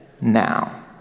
now